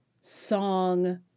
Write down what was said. song